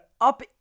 up